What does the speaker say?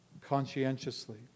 conscientiously